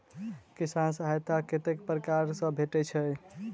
किसान सहायता कतेक पारकर सऽ भेटय छै?